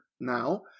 now